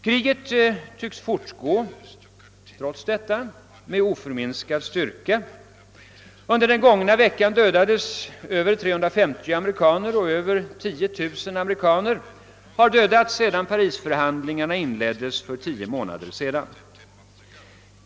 Kriget tycks trots detta fortgå med oförminskad styrka. Under den gångna veckan dödades 351 amerikaner, och över 10 000 amerikaner har dödats sedan Parisförhandlingarna inleddes för tio månader sedan.